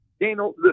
Daniel